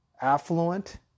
affluent